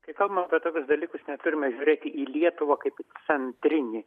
kai kalbam apie tokius dalykus neturime žiūrėti į lietuvą kaip į centrinį